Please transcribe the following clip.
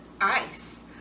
ice